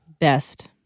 Best